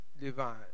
divine